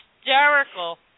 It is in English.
hysterical